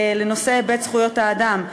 להיבט זכויות האדם,